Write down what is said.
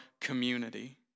community